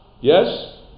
Yes